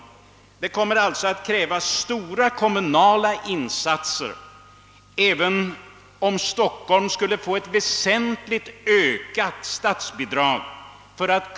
Ett genomförande av trafikledsplanen kommer alltså att kräva stora kommunala insatser, även om Stockholm skulle få ett väsentligt ökat statsbidrag.